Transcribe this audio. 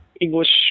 English